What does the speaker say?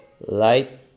light